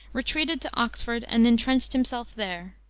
retreated to oxford and intrenched himself there.